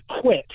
quit